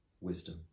wisdom